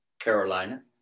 Carolina